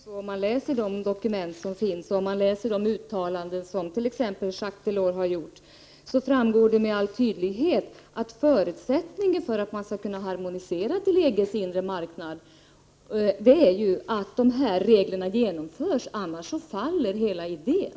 Herr talman! Av de dokument som finns och de uttalanden som t.ex. Jacques Delors har gjort framgår det samtidigt med all tydlighet att förutsättningen för en harmonisering till EG:s inre marknad är att de här reglerna genomförs. Annars faller hela idén.